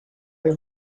los